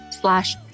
slash